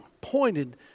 pointed